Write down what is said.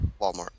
Walmart